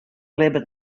libbet